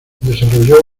desarrolló